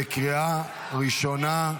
בקריאה ראשונה.